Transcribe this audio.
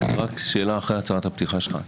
שאלה אחרי הצהרת הפתיחה שלך.